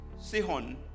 Sihon